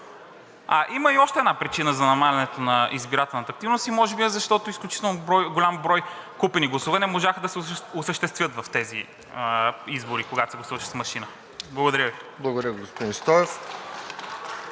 има и още една причина за намаляването на избирателната активност и може би е, защото изключително голям брой купени гласове не можаха да се осъществят в тези избори, когато се гласуваше с машина. Благодаря Ви. (Ръкопляскания от